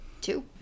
Two